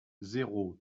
zéro